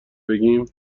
بگیم